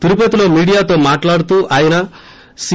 తిరుపతిలో మీడియాతో మాట్లాడుతూ ఆయన సీ